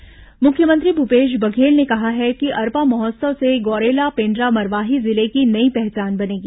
अरपा महोत्सव मुख्यमंत्री भूपेश बघेल ने कहा है कि अरपा महोत्सव से गौरेला पेण्ड्रा मरवाही जिले की नई पहचान बनेगी